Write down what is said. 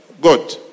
God